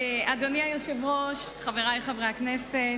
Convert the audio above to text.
אדוני היושב-ראש, חברי חברי הכנסת,